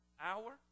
hour